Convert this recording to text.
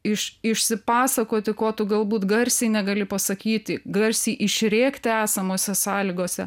iš išsipasakoti ko tu galbūt garsiai negali pasakyti garsiai išrėkti esamose sąlygose